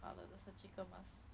other 的 surgical mask